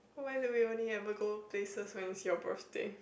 why do we only ever go places when it's your birthday